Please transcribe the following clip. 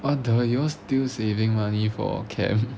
what the you all still saving money for camp